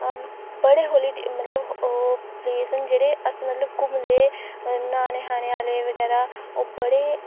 बड़े ओह् मतलब पलेस न जेह्ड़े मतलब घुम्मदे न्हाने आह्ले बगैरा ओह् बड़े